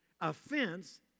Offense